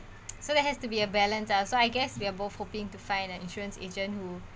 so there has to be a balance lah so I guess we are both hoping to find an insurance agent who